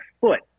foot